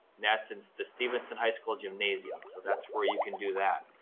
that's in the stephenson high school gymnasium, so that's where you can do that.